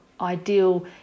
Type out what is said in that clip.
ideal